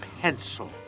pencil